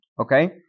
okay